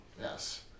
Yes